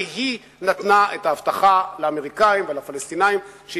כי היא נתנה לאמריקנים ולפלסטינים את